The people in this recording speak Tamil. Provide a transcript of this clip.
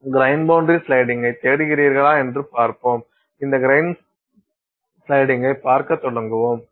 கிரைன் பவுண்டரி ஸ்லைடிங்த் தேடுகிறீர்களா என்று பார்ப்போம் இந்த கிரைன் ஸ்லைடிங்கை பார்க்க தொடங்குவோம்